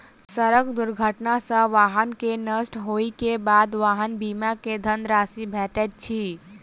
सड़क दुर्घटना सॅ वाहन के नष्ट होइ के बाद वाहन बीमा के धन राशि भेटैत अछि